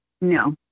No